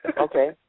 Okay